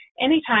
anytime